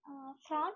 prawn